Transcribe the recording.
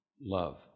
love